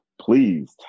please